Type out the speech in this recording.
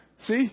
See